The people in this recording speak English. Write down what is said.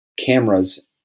cameras